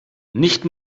nicht